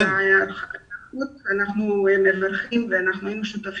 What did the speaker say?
אנחנו מברכים ואנחנו היינו שותפים